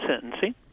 sentencing